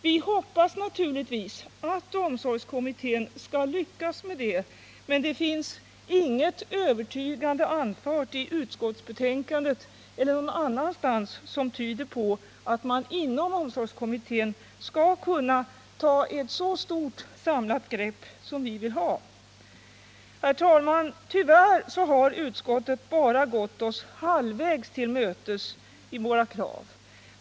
Vi hoppas naturligtvis att omsorgskommittén skall lyckas med detta, men inget övertygande är anfört i utskottsbetänkandet eller någon annanstans som tyder på att man inom omsorgskommittén skall kunna ta ett så stort samlat grepp som vi vill ha. Herr talman! Tyvärr har utskottet bara gått oss halvvägs till mötes i våra krav.